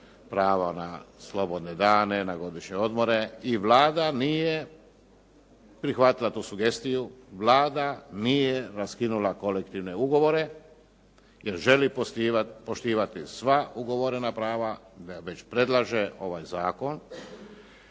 pravo na slobodne dane, na godišnje odmore i Vlada nije prihvatila tu sugestiju. Vlada nije raskinula kolektivne ugovore jer želi poštivati sva ugovorena prava, već predlaže ovaj zakon